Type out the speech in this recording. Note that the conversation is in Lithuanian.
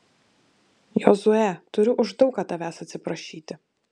jozue turiu už daug ką tavęs atsiprašyti